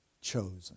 chosen